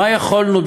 מה יכולנו,